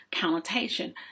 Connotation